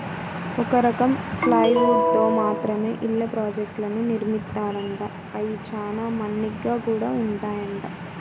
ఒక రకం ప్లైవుడ్ తో మాత్రమే ఇళ్ళ ప్రాజెక్టులను నిర్మిత్తారంట, అయ్యి చానా మన్నిగ్గా గూడా ఉంటాయంట